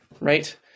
right